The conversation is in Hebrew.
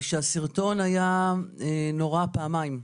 שהסרטון היה נורא פעמיים: